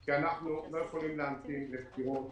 כי אנחנו לא יכולים להמתין לבחירות,